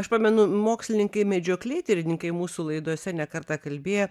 aš pamenu mokslininkai medžioklėtirininkai mūsų laidose ne kartą kalbėjo